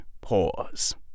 pause